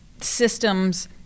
systems